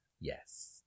Yes